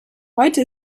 heute